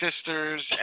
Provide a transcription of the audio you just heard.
sisters